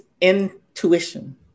intuition